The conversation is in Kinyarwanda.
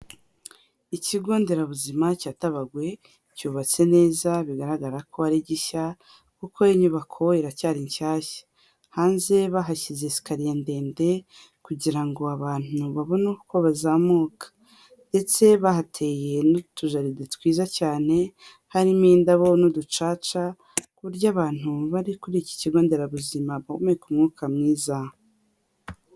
Ikigo nderabuzima cya Tabagwe cyubatse neza bigaragara ko ari gishya kuko inyubako iracyari nshyashya, hanze bahashyize esikariya ndende kugira ngo abantu babone uko bazamuka ndetse bahateye n'utujaride twiza cyane, harimo indabo n'uducaca ku buryo abantu bari kuri iki kigo nderabuzima bahumeka umwuka mwiza.